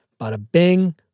Bada-bing